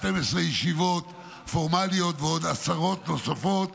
12 ישיבות פורמליות ועוד עשרות נוספות.